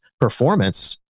performance